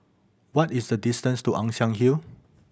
what is the distance to Ann Siang Hill